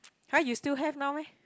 !huh! you still have now meh